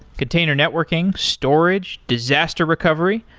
container networking, storage, disaster recovery,